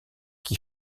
qui